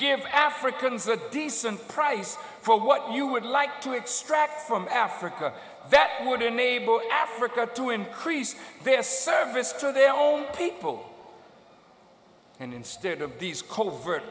give africans a decent price for what you would like to extract from africa that would enable africa to increase their service to their own people and instead of these covert